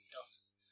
Duffs